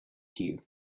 dew